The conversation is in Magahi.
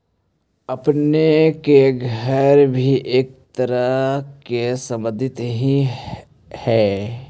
आपने के घर भी एक तरह के संपत्ति ही हेअ